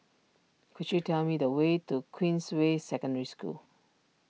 could you tell me the way to Queensway Secondary School